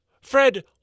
Fred